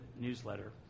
newsletter